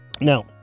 Now